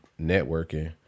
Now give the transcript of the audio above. networking